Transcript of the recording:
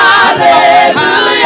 Hallelujah